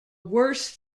worst